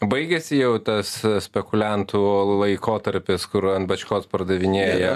baigėsi jau tas spekuliantų laikotarpis kur ant bačkos pardavinėja